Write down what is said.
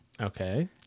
Okay